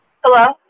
Hello